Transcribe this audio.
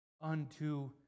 unto